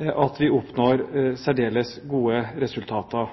at vi oppnår særdeles gode resultater.